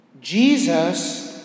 Jesus